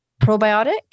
probiotic